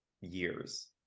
years